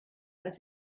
als